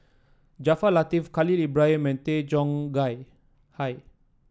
Jaafar Latiff Khalil Ibrahim Tay Chong Gay Hai